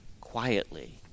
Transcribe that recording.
quietly